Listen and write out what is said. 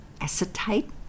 acetate